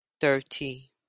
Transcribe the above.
thirty